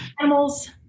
animals